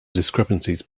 discrepancies